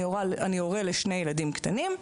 אני הורה לשני ילדים קטנים.